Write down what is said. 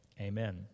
Amen